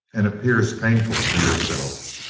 and appears painful to yourself.